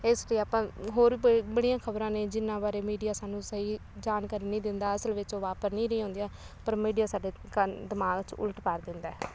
ਇਸ ਲਈ ਆਪਾਂ ਹੋਰ ਵੀ ਬੜੀਆਂ ਖ਼ਬਰਾਂ ਨੇ ਜਿਨ੍ਹਾਂ ਬਾਰੇ ਮੀਡੀਆ ਸਾਨੂੰ ਸਹੀ ਜਾਣਕਾਰੀ ਨਹੀਂ ਦਿੰਦਾ ਅਸਲ ਵਿੱਚ ਉਹ ਵਾਪਰ ਨਹੀਂ ਰਹੀ ਹੁੰਦੀਆਂ ਪਰ ਮੀਡੀਆ ਸਾਡੇ ਕੰਨ ਦਿਮਾਗ 'ਚ ਉਲਟ ਪਾ ਦਿੰਦਾ ਹੈ